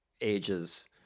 ages